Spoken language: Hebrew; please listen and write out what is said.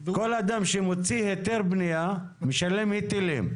כל אדם שמוציא היתה בנייה משלם היטלים.